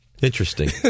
Interesting